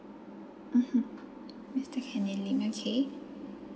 mmhmm mister kenny ling okay